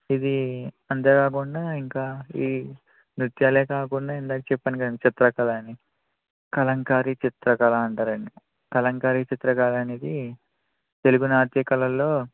ఇదీ అంతే కాకుండా ఇంకా ఈ నృత్యాలే కాకుండా ఇందాక చెప్పాను కదండి చిత్రకళా అని దాన్ని కలంకారి చిత్రకళ అని అంటారండి కలంకారి చిత్రకళ అనేది తెలుగు నాట్య కళల్లో